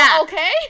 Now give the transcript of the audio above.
Okay